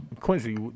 Quincy